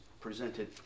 presented